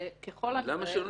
וככל הנראה,